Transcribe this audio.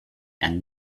and